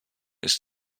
ist